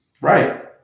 Right